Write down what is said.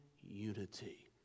unity